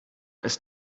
ist